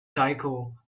tycho